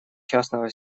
частного